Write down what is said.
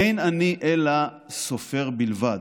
אין אני אלא סופר בלבד,